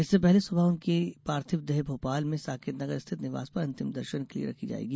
इससे पहले सुबह उनकी पार्थिव देह भोपाल में साकेत नगर स्थित निवास पर अंतिम दर्शन के लिये रखी जाएगी